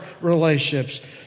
relationships